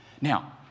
Now